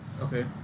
Okay